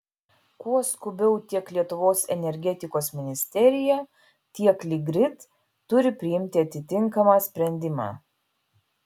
kuo skubiau tiek lietuvos energetikos ministerija tiek litgrid turi priimti atitinkamą sprendimą